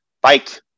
bike